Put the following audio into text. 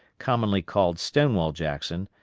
commonly called stonewall jackson,